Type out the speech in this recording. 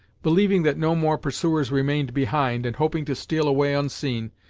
believing that no more pursuers remained behind, and hoping to steal away unseen,